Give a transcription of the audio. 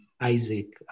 Isaac